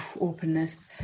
openness